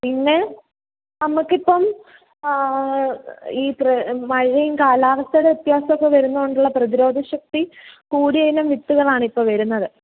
പിന്നെ നമുക്കിപ്പം ഈ ക്യ മഴയും കാലാവസ്ഥേടെ വ്യത്യാസമൊക്കെ വരുന്നോണ്ടുള്ള പ്രതിരോധ ശക്തി കൂടിയയിനം വിത്തുകളാണിപ്പോൾ വരുന്നത്